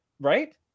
right